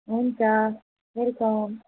हुन्छ वेलकम